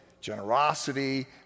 generosity